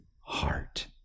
heart